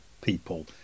people